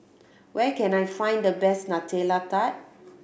where can I find the best Nutella Tart